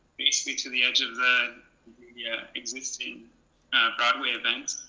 basically to the edge of the yeah existing broadway events,